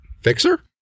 Fixer